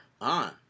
on